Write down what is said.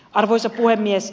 arvoisa puhemies